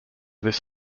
this